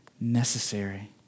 necessary